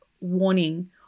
warning